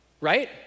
right